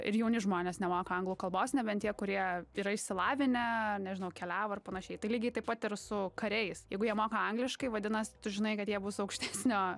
ir jauni žmonės nemoka anglų kalbos nebent tie kurie yra išsilavinę nežinau keliavo ar panašiai tai lygiai taip pat ir su kariais jeigu jie moka angliškai vadinas tu žinai kad jie bus aukštesnio